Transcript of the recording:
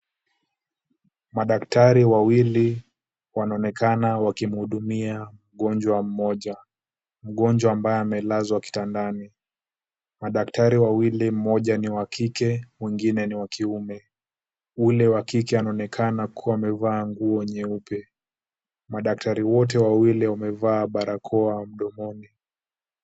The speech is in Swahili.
Madaktari wawili wanaonekana wakimhudumia mgonjwa mmoja, mgonjwa ambaye amelazwa kitandani. Madaktari wawili, mmoja ni wa kike mwingine ni wa kiume. Ule wa kike anaonekana kuwa amevaa nguo nyeupe. Madaktari wote wawili wamevaa barakoa mdomoni.